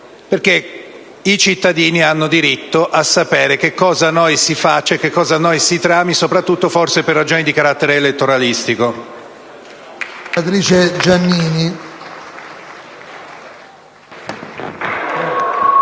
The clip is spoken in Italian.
infatti, hanno diritto di sapere che cosa noi si faccia e che cosa noi si trami, soprattutto, forse, per ragioni di carattere elettoralistico.